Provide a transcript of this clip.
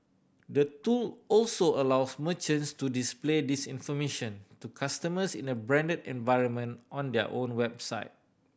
the tool also allows merchants to display this information to customers in a branded environment on their own website